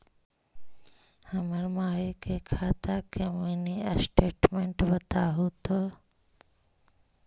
हमर माई के खाता के मीनी स्टेटमेंट बतहु तो?